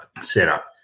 setup